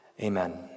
Amen